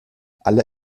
aller